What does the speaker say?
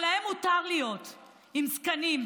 אבל להם מותר להיות עם זקנים,